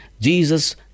Jesus